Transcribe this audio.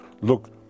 Look